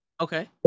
Okay